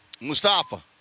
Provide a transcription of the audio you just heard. Mustafa